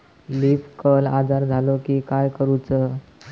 Leaf curl आजार झालो की काय करूच?